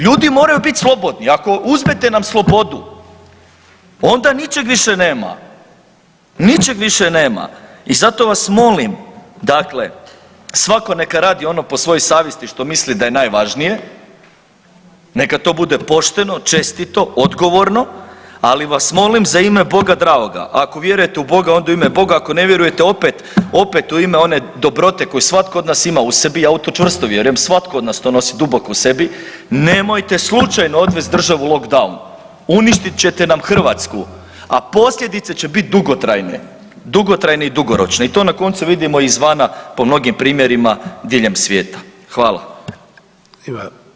Ljudi moraju biti slobodni, ako uzmete nam slobodu onda ničeg više nema, ničeg više nema. i zato vas molim dakle, svako neka radi ono po svojoj savjesti što misli da je najvažnije, neka to bude pošteno, čestito, odgovorno, ali vas molim za ime Boga dragoga, ako vjerujete u Boga onda u ime Boga, ako ne vjerujete opet u ime one dobrote koju svatko od nas ima u sebi, ja u to čvrsto vjerujem svatko od nas to nosi duboko u sebi, nemojte slučajno odvest državu u lockdown, uništit ćete nam Hrvatsku, a posljedice će biti dugotrajne, dugotrajne i dugoročne i to na koncu vidimo izvana po mnogim primjerima diljem svijeta.